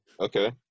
Okay